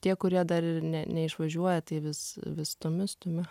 tie kurie dar ne neišvažiuoja tai vis vis stumi stumi